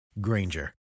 Granger